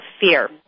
fear